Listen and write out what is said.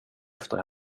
efter